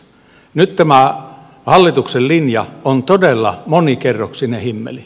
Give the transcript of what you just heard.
nyt tämä hallituksen linja on todella monikerroksinen himmeli